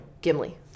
gimli